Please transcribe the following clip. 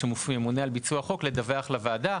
בדרך כלל, שממונה על ביצוע החוק, לדווח לוועדה.